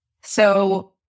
So-